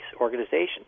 organizations